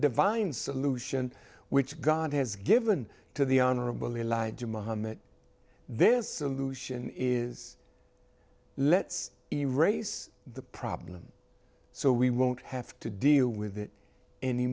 divine solution which god has given to the honorable elijah muhammad then the solution is let's erase the problem so we won't have to deal with it any